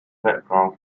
background